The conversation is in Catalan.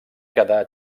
quedar